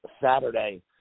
Saturday